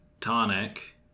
tonic